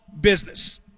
business